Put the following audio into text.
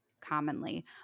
commonly